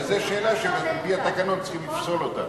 וזו שאלה שעל-פי התקנון צריך לפסול אותה.